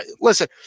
listen